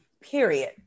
Period